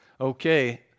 Okay